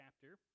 chapter